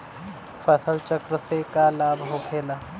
फसल चक्र से का लाभ होखेला?